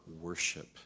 worship